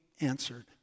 answered